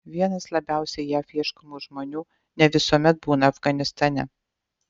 vienas labiausiai jav ieškomų žmonių ne visuomet būna afganistane